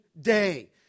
Day